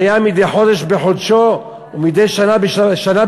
והיה מדי חודש בחודשו, ומדי שבת בשבתו,